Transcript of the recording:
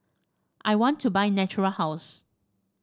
I want to buy Natura House